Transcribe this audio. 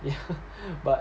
but